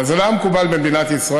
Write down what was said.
אבל זה לא היה מקובל במדינת ישראל,